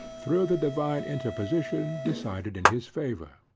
thro' the divine interposition, decided in his favour.